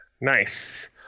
Nice